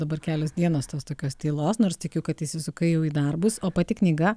dabar kelios dienos tos tokios tylos nors tikiu kad įsisukai jau į darbus o pati knyga